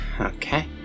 Okay